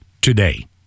today